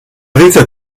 dita